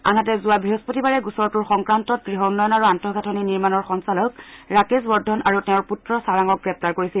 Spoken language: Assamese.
আনহাতে যোৱা বৃহস্পতিবাৰে গোচৰটোৰ সংক্ৰান্তত গৃহ উন্নয়ন আৰু আন্তঃগাথনি নিৰ্মাণত সঞ্চালক ৰাকেশ ৱৰ্ধন আৰু তেওঁৰ পুত্ৰ চাৰাঙক গ্ৰেপ্তাৰ কৰিছিল